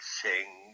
sing